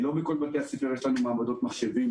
לא בכל בתי הספר יש מעבדות מחשבים,